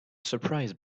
surprise